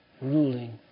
ruling